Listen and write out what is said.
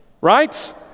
right